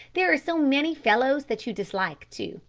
there are so many fellows that you dislike, too.